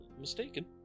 mistaken